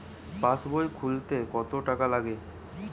পাশবই খুলতে কতো টাকা লাগে?